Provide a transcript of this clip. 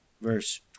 verse